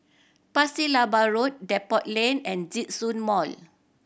Pasir Laba Road Depot Lane and Djitsun Mall